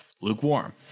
Lukewarm